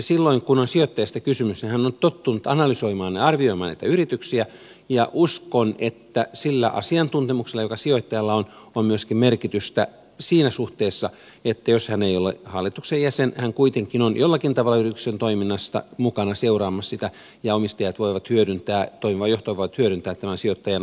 silloin kun on sijoittajasta kysymys niin hän on tottunut analysoimaan ja arvioimaan näitä yrityksiä ja uskon että sillä asiantuntemuksella joka sijoittajalla on on myöskin merkitystä siinä suhteessa että jos hän ei ole hallituksen jäsen hän kuitenkin on jollakin tavoin yrityksen toiminnassa mukana seuraamassa sitä ja omistajat ja toimiva johto voivat hyödyntää tämän sijoittajan asiantuntemusta